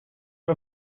vår